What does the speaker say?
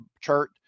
chart